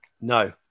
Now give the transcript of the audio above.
No